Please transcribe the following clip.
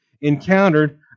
encountered